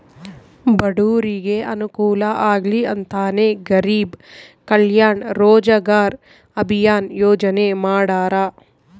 ಬಡೂರಿಗೆ ಅನುಕೂಲ ಆಗ್ಲಿ ಅಂತನೇ ಗರೀಬ್ ಕಲ್ಯಾಣ್ ರೋಜಗಾರ್ ಅಭಿಯನ್ ಯೋಜನೆ ಮಾಡಾರ